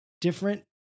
Different